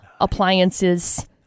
appliances